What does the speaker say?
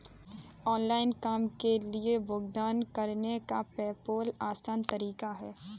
online काम के लिए भुगतान करने का पेपॉल आसान तरीका है